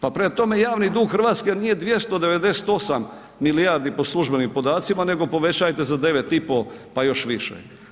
Pa prema tome javni dug Hrvatske nije 298 milijardi po službenim podacima nego povećajte za 9,5 pa još više.